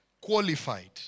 Qualified